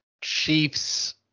Chiefs